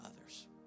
others